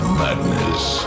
madness